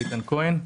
איתן כהן.